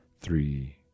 three